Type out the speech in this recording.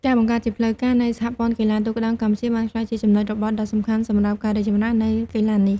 ការបង្កើតជាផ្លូវការនៃសហព័ន្ធកីឡាទូកក្ដោងកម្ពុជាបានក្លាយជាចំណុចរបត់ដ៏សំខាន់សម្រាប់ការរីកចម្រើននៃកីឡានេះ។